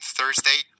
Thursday